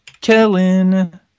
Kellen